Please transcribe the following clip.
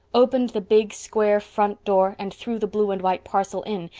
opened the big, square front door, and threw the blue and white parcel in,